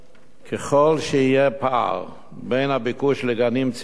"ככל שיהיה פער בין הביקוש לגנים ציבוריים